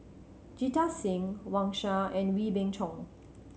Jita Singh Wang Sha and Wee Beng Chong